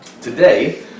Today